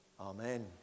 Amen